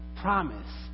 promise